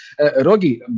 Rogi